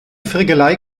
frickelei